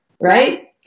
right